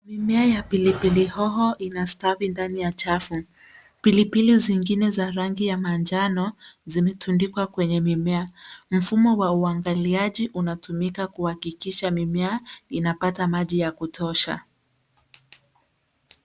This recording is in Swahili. Mimea ya pilipili hoho inastawi ndani ya chafu. Pilipili zingine za rangi ya manjano zimetundikwa kwenye mimea. Mfumo wa uangaliaji unatumika kuhakikisha mimea inapata maji ya kutosha.